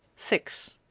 six.